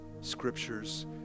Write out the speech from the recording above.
scriptures